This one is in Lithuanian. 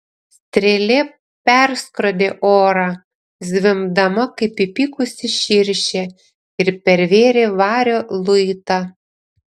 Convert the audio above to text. strėlė perskrodė orą zvimbdama kaip įpykusi širšė ir pervėrė vario luitą